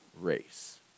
race